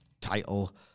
title